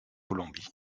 colombie